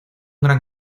gran